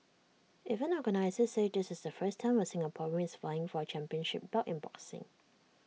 event organisers said this is the first time A Singaporean is vying for A championship belt in boxing